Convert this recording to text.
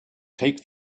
take